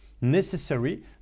necessary